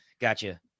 gotcha